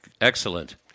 Excellent